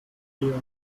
trier